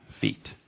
feet